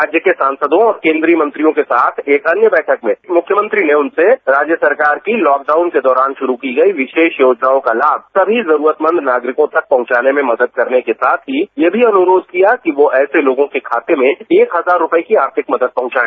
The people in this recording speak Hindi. राज्य के सांसदों और केंद्रीय मंत्रियों के साथ एक अन्य बैठक में मुख्यमंत्री ने उनसे राज्य सरकार की लॉकडाउन के दौरान शुरू की गई विशेष योजनाओं के लाभ सभी जरूरतमंद नागरिकों तक पहुंचाने में मदद करने के साथ ही ये भी अनुरोष किया कि वो ऐसे लोगों के खाते में एक हजार रुपये की आर्थिक मदद पहुंचाए